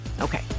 Okay